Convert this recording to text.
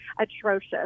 atrocious